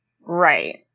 Right